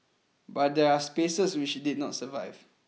but there are spaces which did not survive